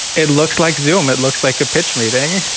it looks like zoom, it looks like a pitch meeting